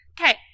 Okay